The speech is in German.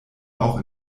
auch